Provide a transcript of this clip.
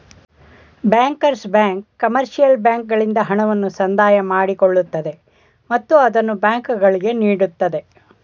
bankers bank commercial ಬ್ಯಾಂಕ್ಗಳಿಂದ ಹಣವನ್ನು ಸಂದಾಯ ಮಾಡಿಕೊಳ್ಳುತ್ತದೆ ಮತ್ತು ಅದನ್ನು ಬ್ಯಾಂಕುಗಳಿಗೆ ನೀಡುತ್ತದೆ